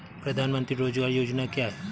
प्रधानमंत्री रोज़गार योजना क्या है?